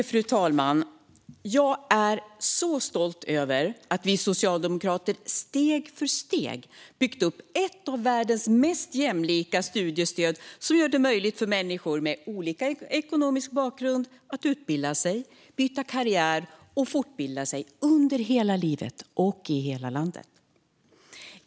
Fru talman! Jag är så stolt över att vi socialdemokrater steg för steg har byggt upp ett av världens mest jämlika studiestöd som gör det möjligt för människor med olika ekonomisk bakgrund att utbilda sig, byta karriär och fortbilda sig under hela livet och i hela landet.